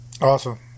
awesome